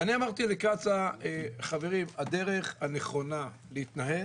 ואני אמרתי לקצא"א: חברים, הדרך הנכונה להתנהל